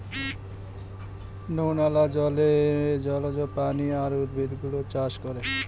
নুনওয়ালা জলে জলজ প্রাণী আর উদ্ভিদ গুলো চাষ করে